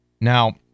Now